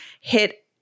hit